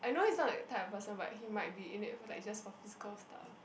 I know he's not that type of person but he might be in it for like just for physical stuff